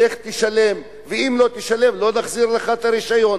לך תשלם, ואם לא תשלם לא נחזיר לך את הרשיון.